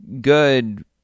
good